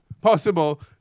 possible